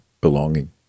belonging